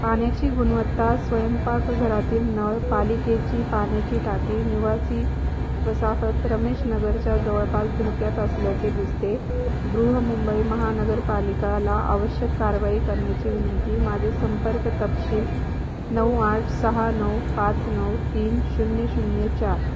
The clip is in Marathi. पाण्याची गुणवत्ता स्वयंपाकघरातील नळ पालिकेची पाण्याची टाकी निवासी वसाहत रमेशनगरच्या जवळपास धोक्यात असल्याचे दिसते बृहन्मुंबई महानगरपालिकाला आवश्यक कारवाई करण्याची विनंती माझे संपर्क तपशील नऊ आठ सहा नऊ पाच नऊ तीन शून्य शून्य चार